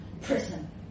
prison